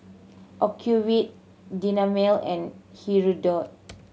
Ocuvite Dermale and Hirudoid